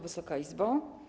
Wysoka Izbo!